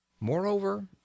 Moreover